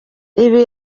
ibi